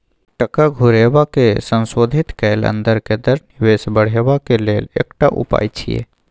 टका घुरेबाक संशोधित कैल अंदर के दर निवेश बढ़ेबाक लेल एकटा उपाय छिएय